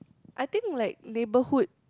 I think like neighbourhood